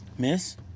miss